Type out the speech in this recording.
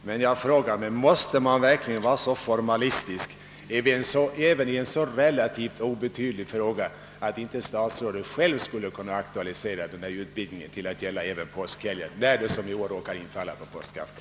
Men jag frågar: Måste: man verkligen vara så formalistisk även i en så relativt obetydlig fråga, att inte statsrådet själv skulle kunna aktualisera frågan om en utvidgning av bestämmelserna till att gälla även påskhelgen?